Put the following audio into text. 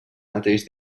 mateix